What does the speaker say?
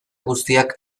guztiak